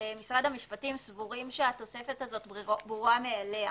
משרד המשפטים סבורים שהתוספת הזו ברורה מאליה